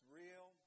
real